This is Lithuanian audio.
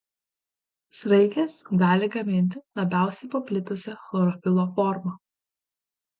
sraigės gali gaminti labiausiai paplitusią chlorofilo formą